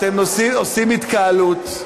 אתם עושים התקהלות.